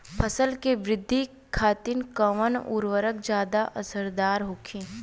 फसल के वृद्धि खातिन कवन उर्वरक ज्यादा असरदार होखि?